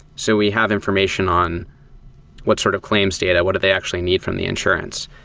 so we have information on what sort of claims data. what do they actually need from the insurance?